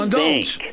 thank